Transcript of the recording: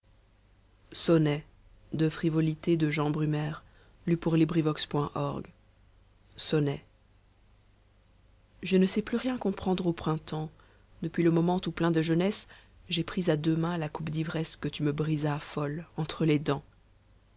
sonnet je ne sais plus rien comprendre au printemps depuis'le moment où plein de jeunesse j'ai pris à deux mains la coupe d'ivresse que tu me brisas folle entre les dents